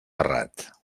errat